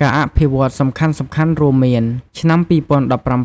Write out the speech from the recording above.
ការអភិវឌ្ឍន៍សំខាន់ៗរួមមានឆ្នាំ ២០១៧-២០១៨